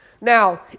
Now